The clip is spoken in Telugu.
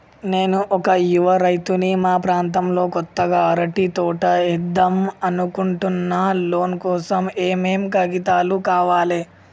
నేను ఒక యువ రైతుని మా ప్రాంతంలో కొత్తగా అరటి తోట ఏద్దం అనుకుంటున్నా లోన్ కోసం ఏం ఏం కాగితాలు కావాలే?